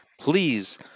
please